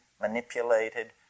manipulated